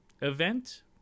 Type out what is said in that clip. event